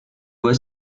voie